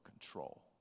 control